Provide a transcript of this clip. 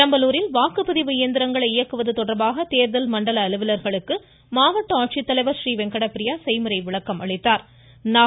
பெரம்பலூரில் வாக்குப்பதிவு இயந்திரங்களை இயக்குவது தொடர்பாக தேர்தல் மண்டல அலுவலர்களுக்கு மாவட்ட ஆட்சித்தலைவர் றீவெங்கடப்பிரியா செய்முறை விளக்கம் அளிக்கப்பட்டது